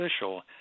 official